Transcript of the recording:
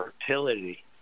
fertility